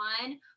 one